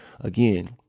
again